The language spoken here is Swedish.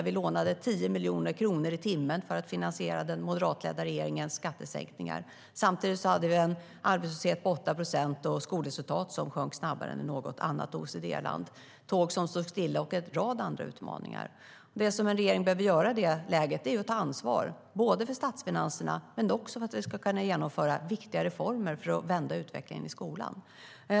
Man lånade 10 miljoner kronor i timmen för att finansiera den moderatledda regeringens skattesänkningar. Samtidigt hade vi en arbetslöshet på 8 procent, skolresultat som sjönk snabbare än i något annat OECD-land, tåg som stod stilla och en rad andra utmaningar. Det som en regering behöver göra i det läget är att ta ansvar, både för statsfinanserna och för att vi ska kunna genomföra viktiga reformer för att vända utvecklingen i skolan.